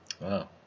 Wow